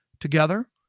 together